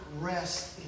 rest